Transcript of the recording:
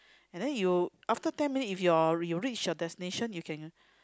and then you after ten minute if your you reach your destination you can